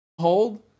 hold